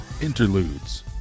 Interludes